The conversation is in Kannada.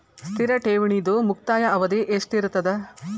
ಸ್ಥಿರ ಠೇವಣಿದು ಮುಕ್ತಾಯ ಅವಧಿ ಎಷ್ಟಿರತದ?